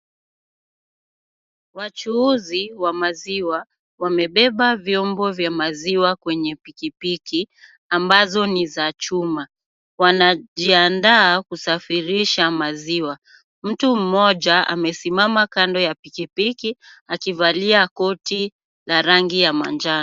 Wachuuzi wa maziwa wamebeba vyombo vya maziwa kwenye pikipiki ambazo ni za chuma. Wanajiandaa kusafirisha maziwa. Mtu mmoja amesimama kando ya pikipiki akivalia koti la rangi ya manjano.